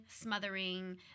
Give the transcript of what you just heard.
smothering